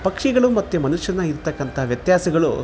ಪಕ್ಷಿಗಳು ಮತ್ತು ಮನುಷ್ಯನ ಇರ್ತಕ್ಕಂಥ ವ್ಯತ್ಯಾಸಗಳು